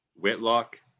Whitlock